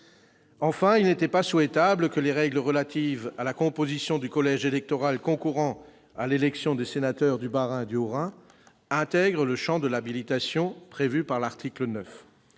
Enfin, il n'était pas souhaitable que les règles relatives à la composition du collège électoral concourant à l'élection des sénateurs du Bas-Rhin et du Haut-Rhin intègrent le champ de l'habilitation prévue à l'article 9.